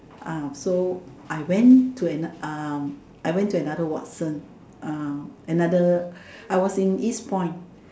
ah so I went to another um I went to another Watsons um another I was in Eastpoint